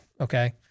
okay